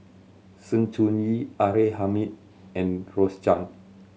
Sng Choon Yee R A Hamid and Rose Chan